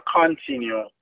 continue